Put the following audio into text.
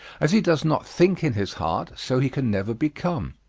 as he does not think in his heart so he can never become.